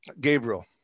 Gabriel